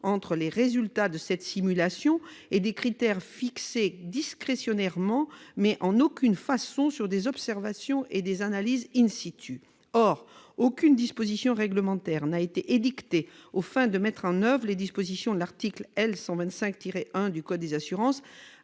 entre les résultats de cette simulation et des critères fixés discrétionnairement et, en aucune façon, sur des observations et des analyses. Or aucune disposition réglementaire n'a été prise aux fins de mettre en oeuvre les dispositions de l'article L. 125-1 du code des assurances,